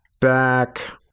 back